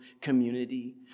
community